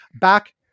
Back